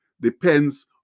depends